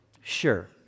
Sure